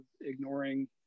ignoring